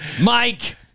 Mike